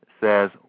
says